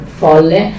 folle